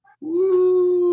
Woo